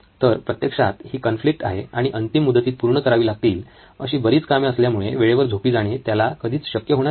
तर प्रत्यक्षात ही कॉन्फ्लिक्ट आहे आणि अंतिम मुदतीत पूर्ण करावी लागतील अशी बरीच कामे असल्यामुळे वेळेवर झोपी जाणे हे त्याला कधीच शक्य होणार नाही